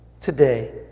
today